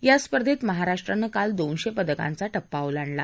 या स्पर्धेत महाराष्ट्रानं काल दोनशे पदकांचा ध्या ओलांडला